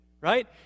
right